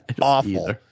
awful